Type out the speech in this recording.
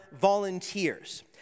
volunteers